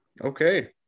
Okay